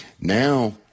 now